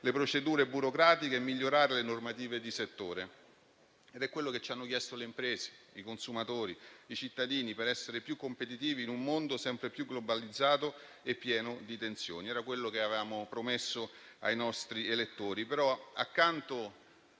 le procedure burocratiche e migliorare le normative di settore. È quello che ci hanno chiesto le imprese, i consumatori e i cittadini, per essere più competitivi in un mondo sempre più globalizzato e pieno di tensioni ed è quello che avevamo promesso ai nostri elettori.